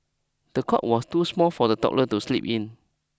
the cot was too small for the toddler to sleep in